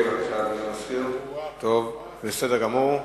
בסדר גמור.